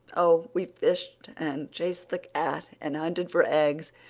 oh, we fished and chased the cat, and hunted for eggs,